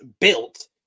built